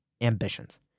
ambitions